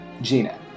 Gina